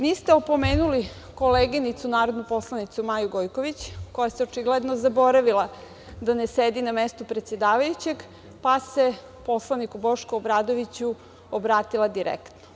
Niste opomenuli koleginicu narodnu poslanicu Maju Gojković, kada je očigledno zaboravila da ne sedi na mestu predsedavajućeg, pa se poslaniku Bošku Obradoviću obratila direktno.